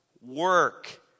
work